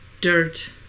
Dirt